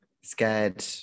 scared